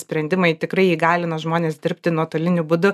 sprendimai tikrai įgalino žmones dirbti nuotoliniu būdu